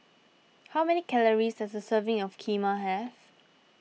how many calories does a serving of Kheema have